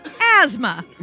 Asthma